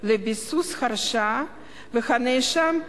לביסוס הרשעת הנאשם,